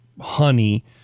honey